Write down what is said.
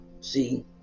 See